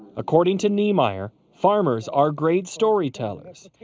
according to neymeyer, farmers are great storytellers,